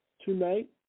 Tonight